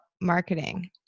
marketing